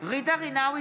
ג'ידא רינאוי